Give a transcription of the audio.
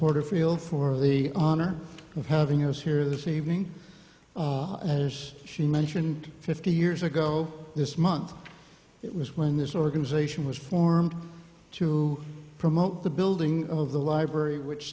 porterfield for the honor of having us here this evening as she mentioned fifty years ago this month it was when this organization was formed to promote the building of the library which